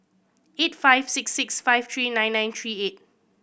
eight five six six five three nine nine three eight